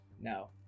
No